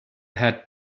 had